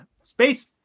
space